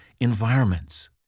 environments